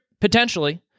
Potentially